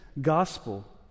gospel